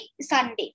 Sunday